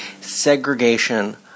segregation